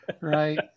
Right